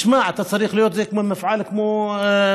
תשמע, אתה צריך להיות כמו מפעל, מכני.